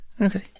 Okay